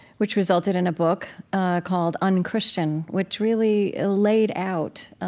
which resulted in a book called unchristian, which really laid out